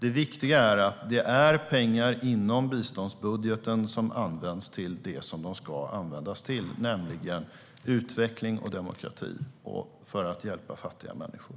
Det viktiga är att det är pengar inom biståndsbudgeten som används till det som de ska användas till, nämligen till utveckling och demokrati samt för att hjälpa fattiga människor.